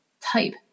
type